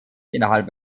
innerhalb